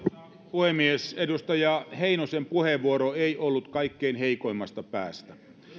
puhemies edustaja heinosen puheenvuoro ei ollut kaikkein heikoimmasta päästä